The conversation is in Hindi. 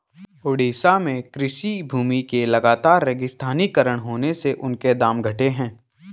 ओडिशा में कृषि भूमि के लगातर रेगिस्तानीकरण होने से उनके दाम घटे हैं